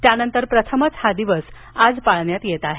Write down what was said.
त्यानंतर प्रथमच हा दिवस आज पाळण्यात येत आहे